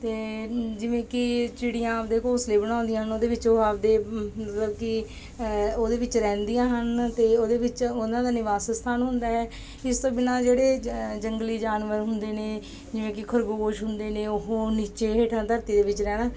ਅਤੇ ਜਿਵੇਂ ਕਿ ਚਿੜੀਆਂ ਆਪਦੇ ਘੌਂਸਲੇ ਬਣਾਉਂਦੀਆਂ ਹਨ ਉਹਦੇ ਵਿੱਚ ਉਹ ਆਪਦੇ ਮਤਲਬ ਕਿ ਉਹਦੇ ਵਿੱਚ ਰਹਿੰਦੀਆਂ ਹਨ ਅਤੇ ਉਹਦੇ ਵਿੱਚ ਉਹਨਾਂ ਦਾ ਨਿਵਾਸ ਸਥਾਨ ਹੁੰਦਾ ਹੈ ਇਸ ਤੋਂ ਬਿਨਾ ਜਿਹੜੇ ਜੰ ਜੰਗਲੀ ਜਾਨਵਰ ਹੁੰਦੇ ਨੇ ਜਿਵੇਂ ਕਿ ਖਰਗੋਸ਼ ਹੁੰਦੇ ਨੇ ਉਹ ਨੀਚੇ ਹੇਠਾਂ ਧਰਤੀ ਦੇ ਵਿੱਚ ਰਹਿਣਾ